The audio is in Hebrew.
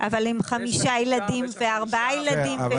אבל עם חמישה ילדים וארבעה ילדים.